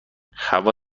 هوا